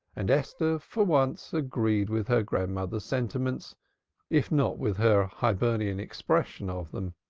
and esther for once agreed with her grandmother's sentiments if not with her hibernian expression of them.